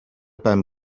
ben